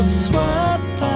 swap